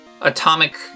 atomic